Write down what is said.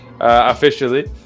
officially